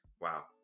wow